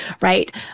right